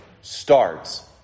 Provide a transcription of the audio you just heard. starts